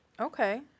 Okay